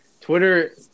Twitter